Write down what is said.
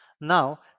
Now